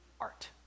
art